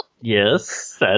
Yes